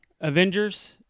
Avengers